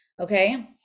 Okay